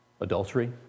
adultery